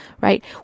right